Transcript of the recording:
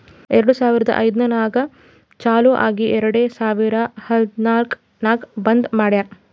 ಎರಡು ಸಾವಿರದ ಐಯ್ದರ್ನಾಗ್ ಚಾಲು ಆಗಿ ಎರೆಡ್ ಸಾವಿರದ ಹದನಾಲ್ಕ್ ನಾಗ್ ಬಂದ್ ಮಾಡ್ಯಾರ್